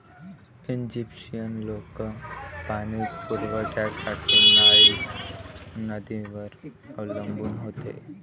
Egyptian लोक पाणी पुरवठ्यासाठी नाईल नदीवर अवलंबून होते